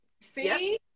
See